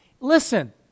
listen